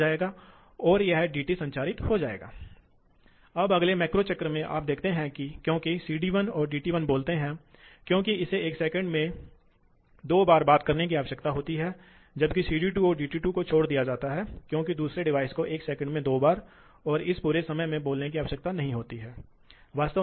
ठीक है अब अगर हम गति को नियंत्रित करते हैं जैसे कि पंप की विशेषता अब नीचे आ जाएगी तो यह एन 1 है यह एन 2 है और एन 1 एन 2 से अधिक है इसलिए ऑपरेटिंग पॉइंट अब इस से स्थानांतरित हो जाएंगे ठीक पिछले मामले की तरह